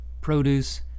produce